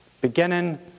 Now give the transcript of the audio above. Beginning